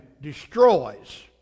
destroys